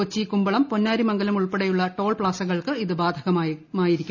കൊച്ചി കുമ്പളം പൊന്നാരിമംഗലം ഉൾപ്പെടെയുള്ള ടോൾ പ്ലാസകൾക്ക് ഇത് ബാധകമായിരിക്കും